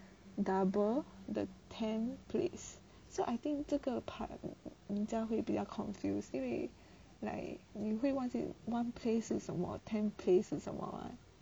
double the tenth place so I think 这个 part 人家会比较 confuse 因为 like 你会忘记 oneth place 是什么 tenth place 是什么 [what]